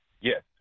Yes